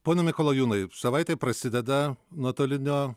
pone mikolajūnai savaitė prasideda nuotolinio